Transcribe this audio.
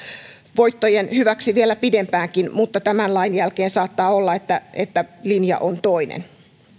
voittojen hyväksi vielä pidempäänkin mutta tämän lain jälkeen saattaa olla että että linja on toinen